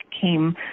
came